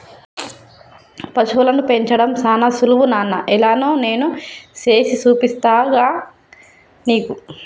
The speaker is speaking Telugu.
పశువులను పెంచడం సానా సులువు నాన్న ఎలానో నేను సేసి చూపిస్తాగా నీకు